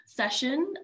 Session